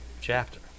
chapter